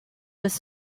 was